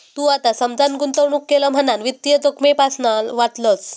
तू आता समजान गुंतवणूक केलं म्हणान वित्तीय जोखमेपासना वाचलंस